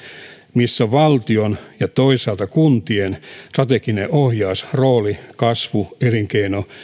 missä valtion ja toisaalta kuntien strateginen ohjausrooli kasvu elinkeino